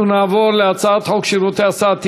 אנחנו נעבור להצעת חוק שירותי הסעד (תיקון,